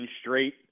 straight